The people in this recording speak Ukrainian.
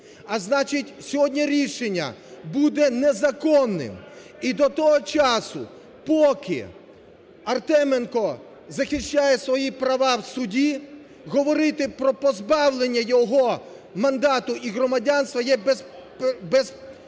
А значить, сьогодні рішення буде незаконним. І до того часу, поки Артеменко захищає свої права в суді, говорити про позбавлення його мандату і громадянства є передчасно.